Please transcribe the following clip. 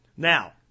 Now